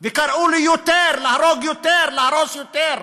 וקראו ליותר, להרוג יותר, להרוס יותר.